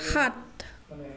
সাত